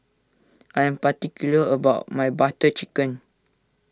I am particular about my Butter Chicken